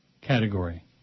category